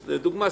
לדוגמה,